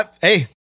hey